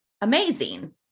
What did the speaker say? amazing